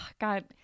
God